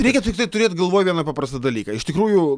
reikia tiktai turėi galvoj vieną paprastą dalyką iš tikrųjų